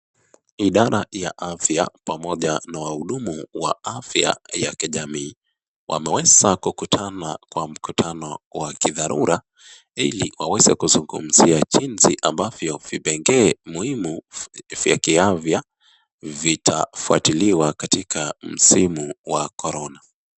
Idara ya afya pamoja na wahudumu wa afya ya kijamii, wameweza kukutana kwa mkutano wa kidharura, ili waweze kuzungumzia jinsi ambavyo vipengee muhimu vya kiafya vitafwatiliwa katika msimu wa korona,